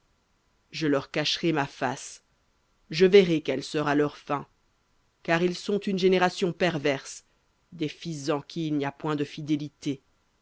je leur cacherai ma face je verrai quelle sera leur fin car ils sont une génération perverse des fils en qui il n'y a point de fidélité